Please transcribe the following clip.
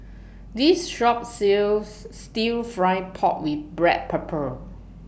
This Shop sells Stir Fried Pork with Black Pepper